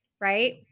right